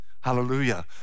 hallelujah